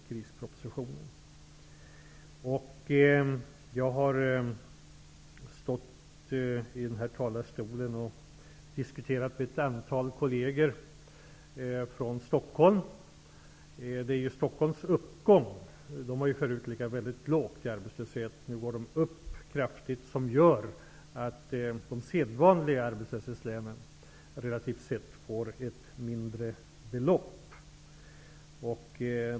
Jag har tidigare stått i denna talarstol och diskuterat med ett antal kolleger från Stockholm. Det är uppgången av arbetslöshet i Stockholm -- den har ju där förut legat på en mycket låg nivå, men nu går den upp kraftigt -- som gör att de sedvanliga arbetslöshetslänen relativt sett får mindre belopp.